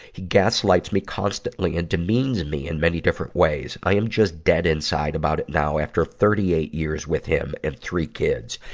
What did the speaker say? he gaslights me constantly and demeans me in many different ways. i am just dead inside about it now after thirty eight years with him and three kids.